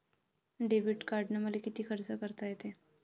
Debit कार्डानं मले किती खर्च करता येते?